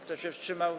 Kto się wstrzymał?